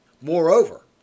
Moreover